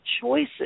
choices